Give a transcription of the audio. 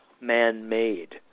man-made